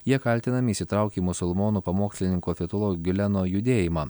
jie kaltinami įsitraukę į musulmonų pamokslininko fitulo giuleno judėjimą